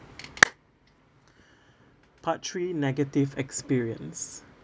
part three negative experience